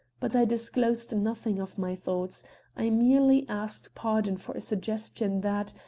but i disclosed nothing of my thoughts i merely asked pardon for a suggestion that,